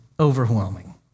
overwhelming